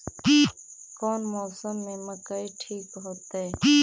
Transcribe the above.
कौन मौसम में मकई ठिक होतइ?